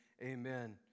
amen